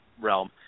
realm –